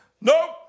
nope